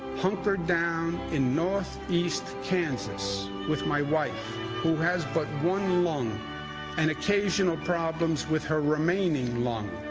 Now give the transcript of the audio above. hunkered down in north east kansas with my wife who has but one lung and occasional problems with her remaining lung.